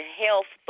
health